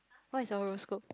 what is your horoscope